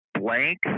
Blank